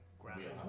ground